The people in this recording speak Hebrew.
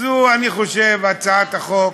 זו, אני חושב, הצעת חוק,